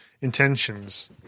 intentions